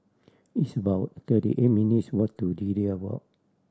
it's about thirty eight minutes' walk to Lilac Walk